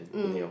mm